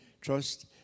trust